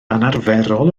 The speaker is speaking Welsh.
anarferol